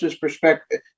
perspective